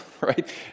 right